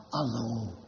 alone